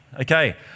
Okay